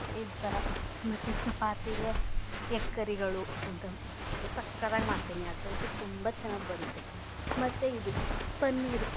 ಐದು ಥರ ಮತ್ತೆ ಚಪಾತಿಗೆ ಎಗ್ ಕರಿಗಳು ಅದನ್ನ ಸಕತ್ತಾಗಿ ಮಾಡ್ತೀನಿ ಅದಂತೂ ತುಂಬ ಚೆನ್ನಾಗಿ ಬರುತ್ತೆ ಮತ್ತೆ ಇದು ಪನ್ನೀರು